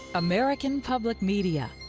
american public media